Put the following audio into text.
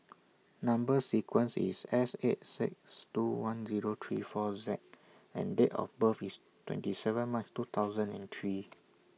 Number sequence IS S eight six two one Zero three four Z and Date of birth IS twenty seven March two thousand and three